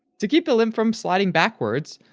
to keep the lymph from sliding backwards,